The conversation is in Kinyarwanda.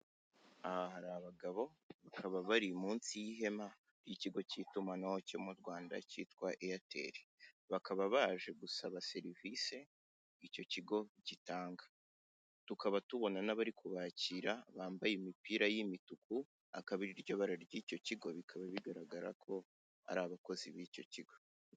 Aha hari abagabo bakaba bari munsi y'ihema y'ikigo cy'itumanaho cya aitel. Bakaba baje gusaba serivise icyo kigo gitanga, tukaba tubona n'abari kubakira bambaye imipira y'imituku akaba ariryo bara ry'icyo kigo bikaba bigaragara ko ari abakozi bicyo kigo.